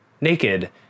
naked